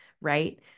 right